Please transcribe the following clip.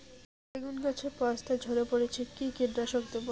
বেগুন গাছের পস্তা ঝরে পড়ছে কি কীটনাশক দেব?